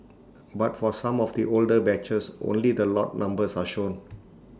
but for some of the older batches only the lot numbers are shown